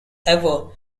ever